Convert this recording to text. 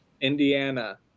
Indiana